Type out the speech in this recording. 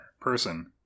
person